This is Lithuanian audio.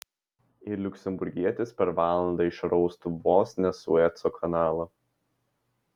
ir liuksemburgietis per valandą išraustų vos ne sueco kanalą